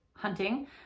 hunting